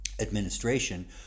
Administration